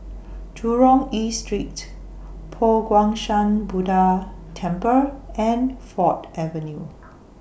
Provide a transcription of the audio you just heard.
Jurong East Street Po Guang Shan Buddha Temple and Ford Avenue